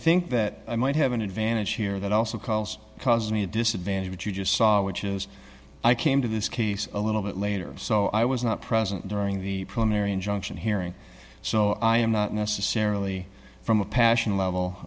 think that i might have an advantage here that also calls cause me a disadvantage but you just saw which is i came to this case a little bit later so i was not present during the preliminary injunction hearing so i am not necessarily from a passion level